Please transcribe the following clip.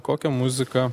kokią muziką